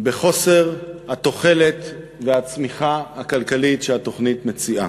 בחוסר התוחלת והצמיחה הכלכלית שהתוכנית מציעה.